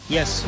Yes